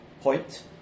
point